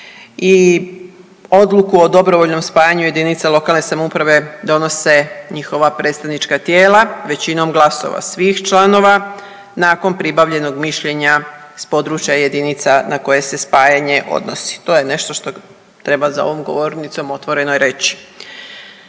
i odluku o dobrovoljnom spajanju jedinica lokalne samouprave donose njihova predstavnička tijela većinom glasova svih članova nakon pribavljenog mišljenja s područja jedinica na koje se spajanje odnosi. To je nešto što treba za ovom govornicom otvorenom i reći.